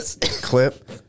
Clip